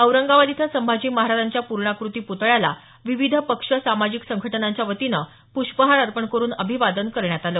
औरंगाबाद इथं संभाजी महाराजांच्या पूर्णाकृती पुतळ्याला विविध पक्ष सामाजिक संघटनांच्या वतीनं प्रष्पहार अर्पण करण्यात आला